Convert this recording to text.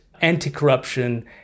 anti-corruption